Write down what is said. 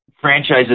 franchises